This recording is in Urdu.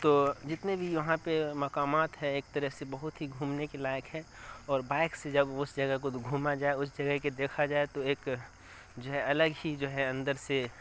تو جتنے بھی وہاں پہ مقامات ہیں ایک طرح سے بہت ہی گھومنے کے لائق ہیں اور بائک سے جب اس جگہ کو گھوما جائے اس جگہ کے دیکھا جائے تو ایک جو ہے الگ ہی جو ہے اندر سے